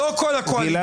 לא כל הקואליציה.